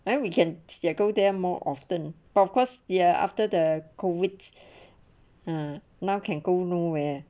[e] we can go there go there more often but of course there after the COVID ah now can go no where